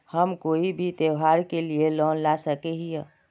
हम कोई भी त्योहारी के लिए लोन ला सके हिये?